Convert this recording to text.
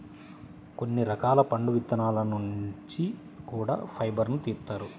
కొన్ని రకాల పండు విత్తనాల నుంచి కూడా ఫైబర్ను తీత్తారు